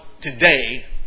today